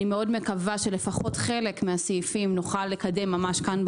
אני מקווה שלפחות את חלק מהסעיפים נוכל לקדם ממש כאן,